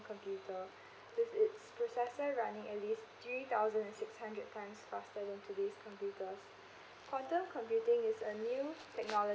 computer this it's processor running at least three thousand and six hundred times faster than today's computers quantum computing is the new technology